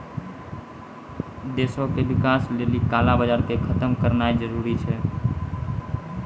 देशो के विकास लेली काला बजार के खतम करनाय जरूरी छै